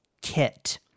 kit